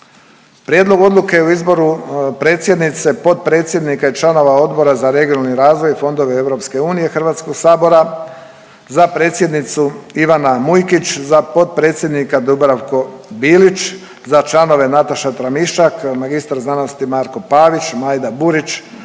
Prijedlog odluke o izboru predsjednice, potpredsjednika i članova Odbor za regionalni razvoj i fondove EU HS-a, za predsjednicu Ivana Mujkić, za potpredsjednika Dubravko Bilić, za članove Nataša Tramišak, mr.sc. Marko Pavić, Majda Burić,